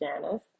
Janice